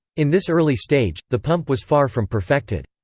in this early stage, the pump was far from perfected.